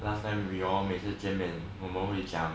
last time we all 每次见面我们会讲